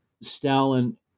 Stalin